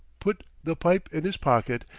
put the pipe in his pocket,